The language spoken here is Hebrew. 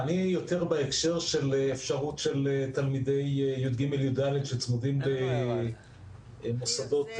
של האפשרות של תלמידי י"ג-י"ד שנמצאים במוסדות